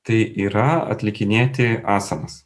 tai yra atlikinėti asanas